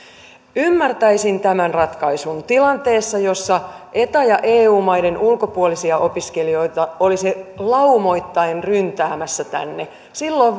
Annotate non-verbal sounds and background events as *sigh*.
ymmärtäisin tämän ratkaisun tilanteessa jossa eta ja eu maiden ulkopuolisia opiskelijoita olisi laumoittain ryntäämässä tänne silloin *unintelligible*